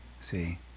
See